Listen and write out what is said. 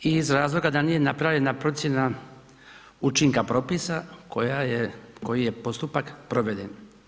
Iz razloga da nije napravljena procjena učinka propisa koja je, koji je postupak proveden.